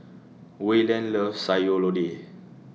Wayland loves Sayur Lodeh